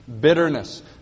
bitterness